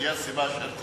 תהיה הסיבה אשר תהיה.